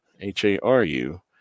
H-A-R-U